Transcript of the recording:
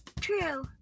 True